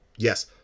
Yes